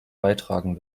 beitragen